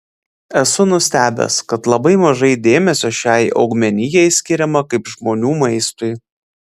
esu nustebęs kad labai mažai dėmesio šiai augmenijai skiriama kaip žmonių maistui